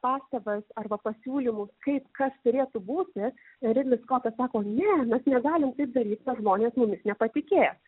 pastabas arba pasiūlymus kaip kas turėtų būti ridlis skotas sako ne negalim taip daryt nes žmonės mumis nepatikės